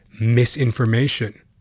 misinformation